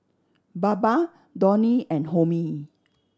Baba Dhoni and Homi